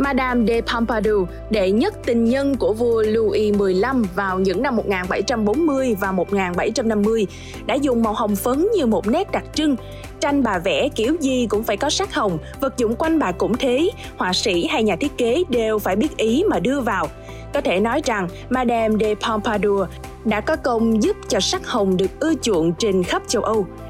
Madame de Pompadour, đệ nhất tình nhân của vua Louis XV, vào những năm 1740 và 1750, đã dùng màu hồng phấn như một nét đặc trưng. Tranh bà vẽ kiểu gì cũng phải có sắc hồng, vật dụng quanh bà cũng thế, họa sĩ hay nhà thiết kế đều phải biết ý mà đưa vào. Có thể nói rằng, Madame de Pompadour đã có công giúp cho sắc hồng được ưa chuộng trên khắp châu Âu.